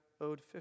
owed